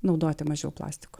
naudoti mažiau plastiko